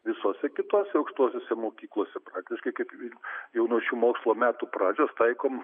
visose kitose aukštosiose mokyklose praktiškai kaip ir jau nuo šių mokslo metų pradžios taikom